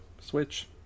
Switch